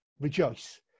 rejoice